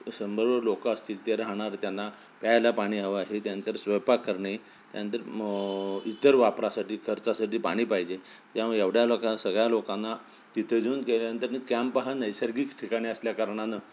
शंभरवर लोकं असतील ते राहणार त्यांना प्यायला पाणी हवं आहे त्यानंतर स्वयंपाक करणे त्यानंतर म इतर वापरासाठी खर्चासाठी पाणी पाहिजे त्यामुळे एवढ्या लोकां सगळ्या लोकांना तिथं जून केल्यानंतर कॅम्प हा नैसर्गिक ठिकाणी असल्याकारणानं